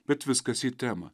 bet viskas į temą